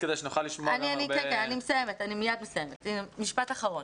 אנחנו רואים